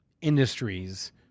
industries